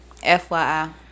FYI